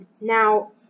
now